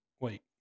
wait